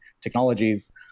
technologies